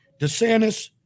DeSantis